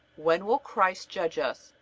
when will christ judge us?